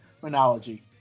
terminology